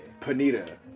Panita